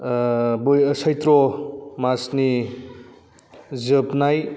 सैत्र' मासनि जोबनाय